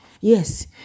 yes